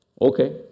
okay